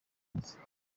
babikoze